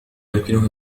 يمكنها